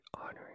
honoring